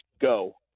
go